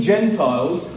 Gentiles